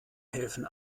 helfen